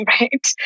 Right